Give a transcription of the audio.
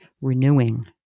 renewing